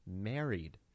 married